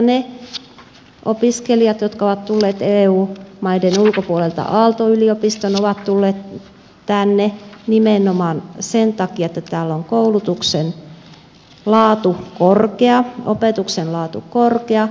ne opiskelijat jotka ovat tulleet eu maiden ulkopuolelta aalto yliopistoon ovat tulleet tänne nimenomaan sen takia että täällä on koulutuksen laatu korkea opetuksen laatu korkea